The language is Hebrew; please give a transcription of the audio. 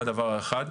זה הדבר האחד.